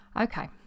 Okay